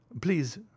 please